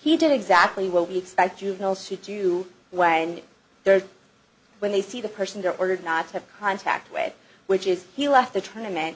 he did exactly what we expect juveniles to do when they're when they see the person they're ordered not to have contact with which is he left the tournament